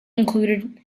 included